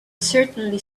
certainly